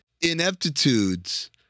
ineptitudes